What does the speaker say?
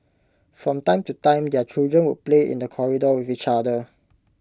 from time to time their children would play in the corridor with each other